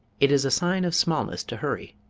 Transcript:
it is a sign of smallness to hurry.